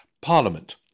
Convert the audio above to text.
parliament